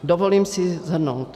Dovolím si shrnout.